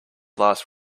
last